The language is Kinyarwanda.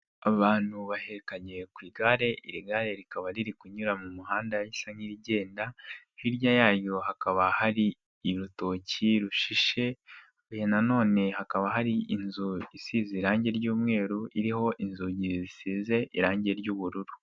Abantu bahekanye ku igare, iri igare rikaba riri kunyura mu muhanda risa n'irigenda, hirya yayo hakaba hari urutoki rushishe, nanone hakaba hari inzu isize irangi ry'umweru iriho inzugi zisize irangi ry'ubururu.